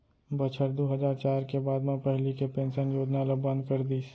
बछर दू हजार चार के बाद म पहिली के पेंसन योजना ल बंद कर दिस